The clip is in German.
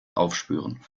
aufspüren